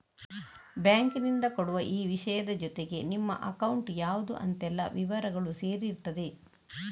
ಬ್ಯಾಂಕಿನಿಂದ ಕೊಡುವ ಈ ವಿಷಯದ ಜೊತೆಗೆ ನಿಮ್ಮ ಅಕೌಂಟ್ ಯಾವ್ದು ಅಂತೆಲ್ಲ ವಿವರಗಳೂ ಸೇರಿರ್ತದೆ